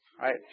Right